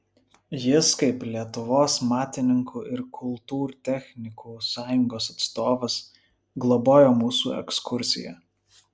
jis kaip lietuvos matininkų ir kultūrtechnikų sąjungos atstovas globojo mūsų ekskursiją